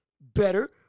better